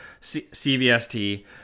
CVST